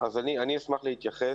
אני אשמח להתייחס.